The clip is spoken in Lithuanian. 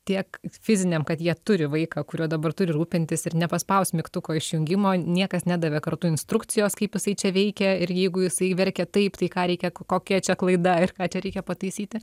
tiek fiziniam kad jie turi vaiką kuriuo dabar turi rūpintis ir nepaspaus mygtuko išjungimo niekas nedavė kartu instrukcijos kaip jisai čia veikia ir jeigu jisai verkia taip tai ką reikia k kokia čia klaida ir ką čia reikia pataisyti